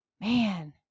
man